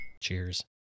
Cheers